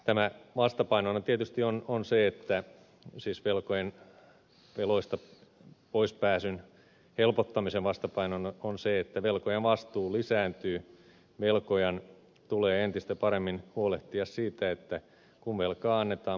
tämän vastapainona tietysti siis veloista poispääsyn helpottamisen vastapainona on se että velkojan vastuu lisääntyy velkojan tulee entistä paremmin huolehtia siitä että kun velkaa annetaan maksukykyä on